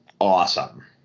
awesome